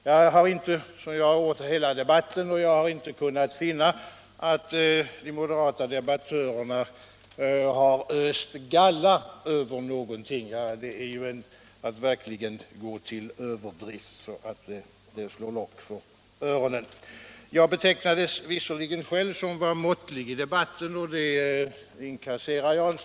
Jag har åhört hela debatten, och jag har inte kunnat finna att de moderata debattörerna har öst galla över någonting — det är ju att verkligen gå till överdrift så att det slår lock för öronen. Jag betecknades visserligen själv som måttlig i debatten, och det inkasserar jag.